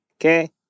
Okay